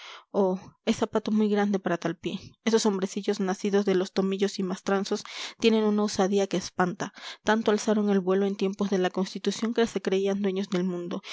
es zapato muy grande para tal pie esos hombrecillos nacidos de los tomillos y mastranzos tienen una osadía que espanta tanto alzaron el vuelo en tiempos de la constitución que se creían dueños del mundo